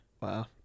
Wow